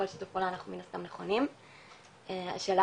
לכל שיתוף פעולה אנחנו מן הסתם נכונים; אז השאלה